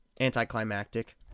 anticlimactic